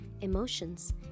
emotions